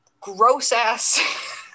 gross-ass